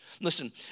Listen